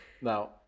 now